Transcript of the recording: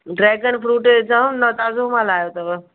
dragon fruit सभु हूंदो आहे ताज़ो माल आहियो अथव